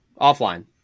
offline